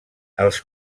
els